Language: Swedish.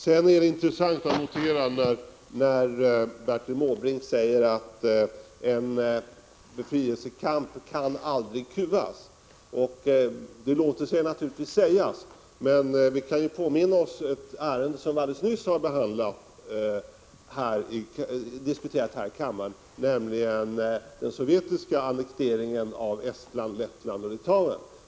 Det är intressant att notera att Bertil Måbrink säger att en befrielsekamp aldrig kan kuvas. Det låter sig naturligtvis sägas. Vi kan påminna oss om ett annat ärende som vi nyligen diskuterat här i kammaren, nämligen den sovjetiska annekteringen av Estland, Lettland och Litauen.